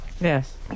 Yes